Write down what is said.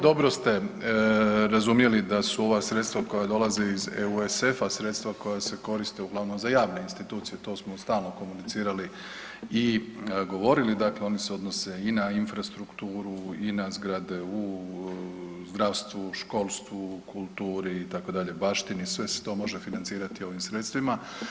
Dobro razumjeli da su ova sredstva koja dolaze iz EUSF-a sredstva koja se koriste uglavnom za javne institucije, to smo stalno komunicirali i govorili, dakle oni se odnose i na infrastrukturu i na zgrade u zdravstvu, školstvu, kulturi itd., baštini sve se to može financirati ovim sredstvima.